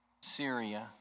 Syria